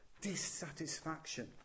dissatisfaction